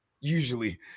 usually